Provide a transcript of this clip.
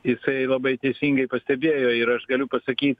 jisai labai teisingai pastebėjo ir aš galiu pasakyt